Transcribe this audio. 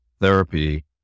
therapy